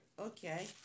Okay